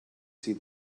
see